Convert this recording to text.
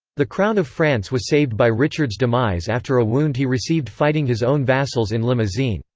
the crown of france was saved by richard's demise after a wound he received fighting his own vassals in limousin.